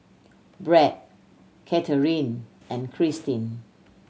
Brad Katharyn and Cristin